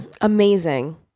Amazing